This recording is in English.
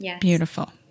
Beautiful